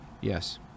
Yes